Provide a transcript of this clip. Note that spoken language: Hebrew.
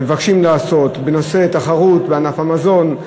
מבקשים לעשות בנושא תחרות בענף המזון,